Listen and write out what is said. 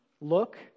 look